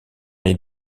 est